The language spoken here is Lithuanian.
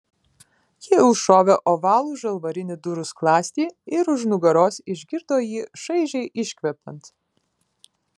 ji užšovė ovalų žalvarinį durų skląstį ir už nugaros išgirdo jį šaižiai iškvepiant